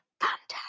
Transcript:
fantastic